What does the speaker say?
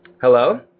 Hello